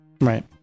Right